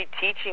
teaching